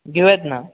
घेऊयात ना